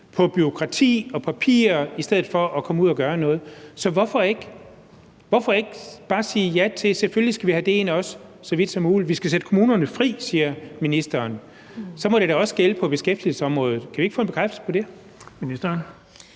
på bureaukrati og papir i stedet for at komme ud og gøre noget. Så hvorfor ikke bare sige ja til, at vi selvfølgelig også så vidt muligt skal have det med ind? Vi skal sætte kommunerne fri, siger ministeren. Så må det da også gælde på beskæftigelsesområdet. Kan vi ikke få en bekræftelse på det?